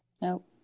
Nope